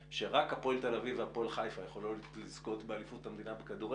שרק הפועל תל אביב והפועל חיפה יכולות לזכות באליפות המדינה בכדורגל.